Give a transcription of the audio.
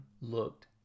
looked